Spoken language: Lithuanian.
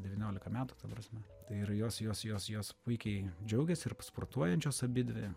devyniolika metų ta prasme tai ir jos jos jos jos puikiai džiaugiasi ir sportuojančios abidvi